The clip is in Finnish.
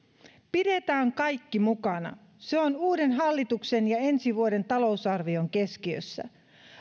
pidetään kaikki mukana se on uuden hallituksen ja ensi vuoden talousarvion keskiössä